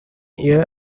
year